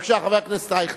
בבקשה, חבר הכנסת אייכלר.